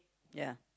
ya